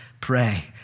pray